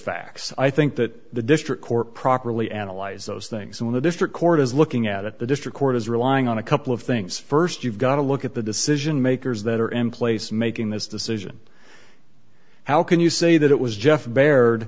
facts i think that the district court properly analyze those things and the district court is looking at it the district court is relying on a couple of things st you've got to look at the decision makers that are emplaced making this decision how can you say that it was jeff baird